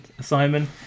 Simon